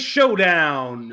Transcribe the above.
Showdown